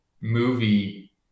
movie